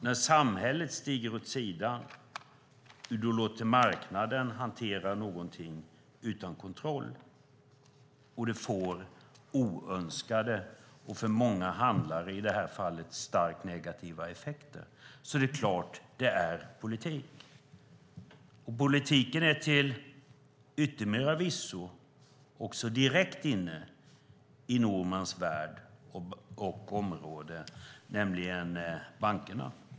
När samhället stiger åt sidan och man låter marknaden hantera någonting utan kontroll och det får oönskade och för många handlare i det här fallet starkt negativa effekter är det klart att det är politik. Politiken finns till yttermera visso också direkt inne på Normans område, nämligen bankerna.